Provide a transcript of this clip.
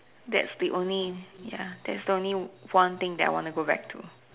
that's the only ya that's the only one thing I would want to go back to